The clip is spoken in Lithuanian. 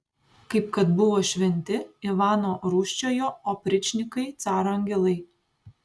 kaip kad buvo šventi ivano rūsčiojo opričnikai caro angelai